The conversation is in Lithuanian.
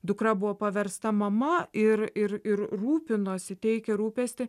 dukra buvo paversta mama ir ir ir rūpinosi teikė rūpestį